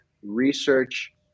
research